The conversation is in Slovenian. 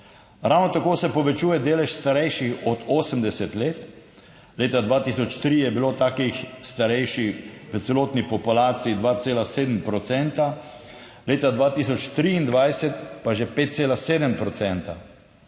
Ravno tako se povečuje delež starejših od 80 let, leta 2003 je bilo takih starejših v celotni populaciji 2,7 procenta, leta 2023 pa že 5,7